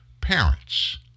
parents